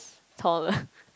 tall